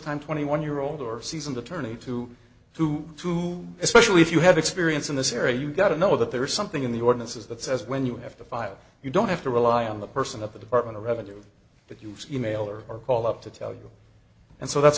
time twenty one year old or seasoned attorney to who to especially if you have experience in this area you got to know that there is something in the ordinances that says when you have to file you don't have to rely on the person of the department of revenue that you e mail or call up to tell you and so that's